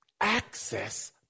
Access